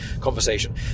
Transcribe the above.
conversation